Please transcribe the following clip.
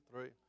three